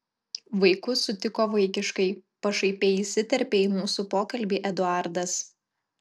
vaikus sutiko vaikiškai pašaipiai įsiterpė į mūsų pokalbį eduardas